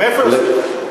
מאיפה יוסיף?